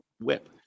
WHIP